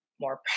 more